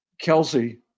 Kelsey